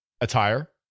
attire